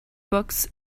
books